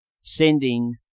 sending